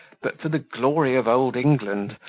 but for the glory of old england,